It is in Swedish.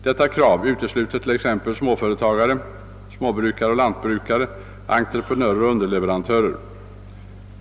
Detta krav utesluter t.ex. småföretagare, småbrukare och lantbrukare, entreprenörer och underleverantörer.